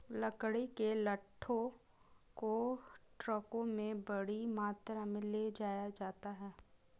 लकड़ी के लट्ठों को ट्रकों में बड़ी मात्रा में ले जाया जाता है